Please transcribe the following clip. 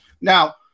Now